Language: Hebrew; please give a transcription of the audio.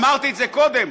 אמרתי את זה קודם: